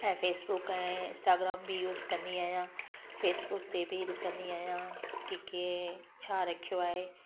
ऐं फ़ेसबुस ऐं इंस्टाग्राम बि यूस कंदी आहियां फ़ेसबुस ते बि ॾिसंदी आहियां की कंहिं छा रखियो आहे